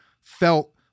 felt